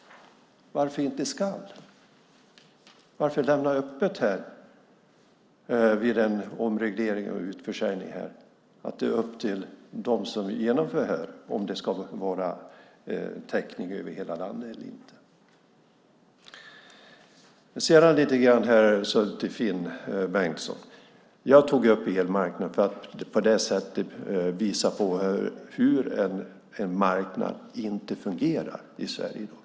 Varför inte ska? Varför lämna öppet vid en omreglering och utförsäljning att det är upp till dem som genomför det om det ska vara täckning över hela landet eller inte? Sedan vill jag vända mig lite till Finn Bengtsson. Jag tog upp elmarknaden för att på det sättet visa på hur en marknad inte fungerar i Sverige i dag.